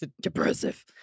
depressive